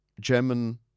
German